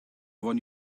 one